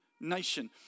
nation